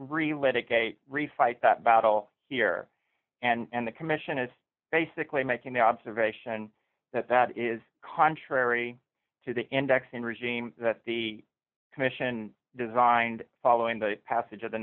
relate it to a refight that battle here and the commission is basically making the observation that that is contrary to the indexing regime that the commission designed following the passage of the